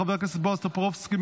חבר הכנסת בועז טופורובסקי,